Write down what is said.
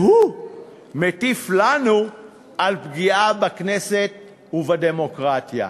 והוא מטיף לנו על פגיעה בכנסת ובדמוקרטיה.